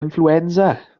influenza